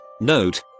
Note